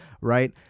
Right